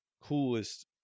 coolest